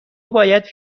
باید